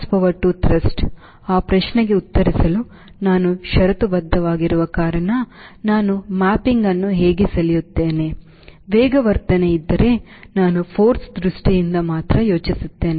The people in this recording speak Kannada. horsepower to thrust ಆ ಪ್ರಶ್ನೆಗೆ ಉತ್ತರಿಸಲು ನಾನು ಷರತ್ತುಬದ್ಧವಾಗಿರುವ ಕಾರಣ ನಾನು ಮ್ಯಾಪಿಂಗ್ ಅನ್ನು ಹೇಗೆ ಸೆಳೆಯುತ್ತೇನೆ ವೇಗವರ್ಧನೆ ಇದ್ದರೆ ನಾನು force ದೃಷ್ಟಿಯಿಂದ ಮಾತ್ರ ಯೋಚಿಸುತ್ತೇನೆ